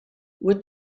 what